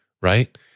Right